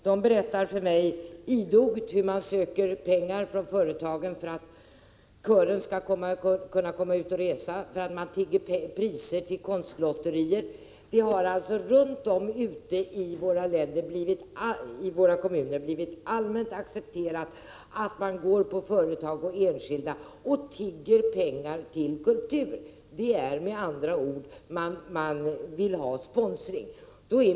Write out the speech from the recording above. De berättar hur man idogt söker pengar från företagen för att kören skall kunna komma ut och resa, hur man tigger priser till konstlotterier osv. Det har alltså runt om i våra kommuner blivit allmänt accepterat att man tigger pengar till kultur från företag och enskilda. Man vill med andra ord ha sponsring.